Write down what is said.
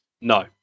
No